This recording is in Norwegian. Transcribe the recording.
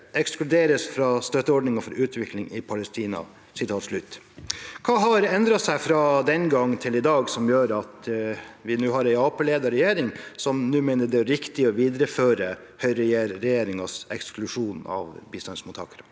ekskluderes fra støtteordninger for utvikling i Palestina». Hva har endret seg fra den gang til i dag som gjør at vi har en Arbeiderparti-ledet regjering som nå mener det er riktig å videreføre høyreregjeringens eksklusjon av bistandsmottakere?